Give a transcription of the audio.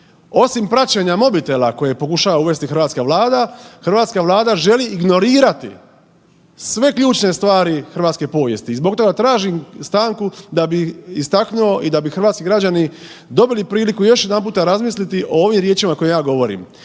osim praćenja mobitela koje pokušava uvesti hrvatska Vlada, hrvatska Vlada želi ignorirati sve ključne stvari hrvatske povijesti i zbog toga tražim stanku da bi istaknuo i da bi hrvatski građani dobili priliku još jedanputa razmisliti o ovim riječima koje ja govorim.